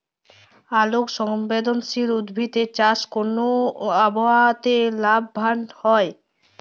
আলোক সংবেদশীল উদ্ভিদ এর চাষ কোন আবহাওয়াতে লাভবান হয়?